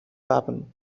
happen